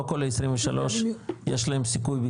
לא כל ה-23, יש להם סיכום עם